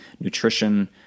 nutrition